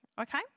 okay